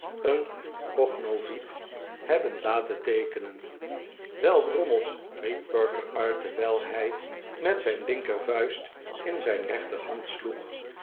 een cognovit hebben laten teekenen wel drommels riep perker uit terwijl hij met zijn linkerv'uist in zijn rechterhand sloeg